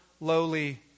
lowly